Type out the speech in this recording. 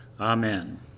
Amen